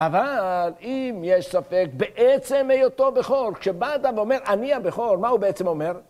אבל אם יש ספק בעצם היותו בכור, כשבא אתה ואומר אני הבכור, מה הוא בעצם אומר?